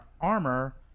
armor